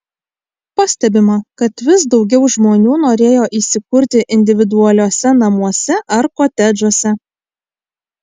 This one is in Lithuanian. pastebima kad vis daugiau žmonių norėjo įsikurti individualiuose namuose ar kotedžuose